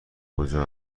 کجا